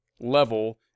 level